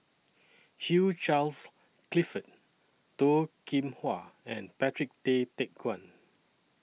Hugh Charles Clifford Toh Kim Hwa and Patrick Tay Teck Guan